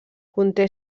conté